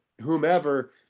whomever